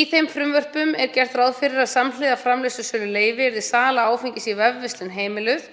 Í þeim frumvörpum er gert ráð fyrir að samhliða framleiðslusöluleyfi yrði sala áfengis í vefverslun heimiluð.